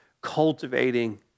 cultivating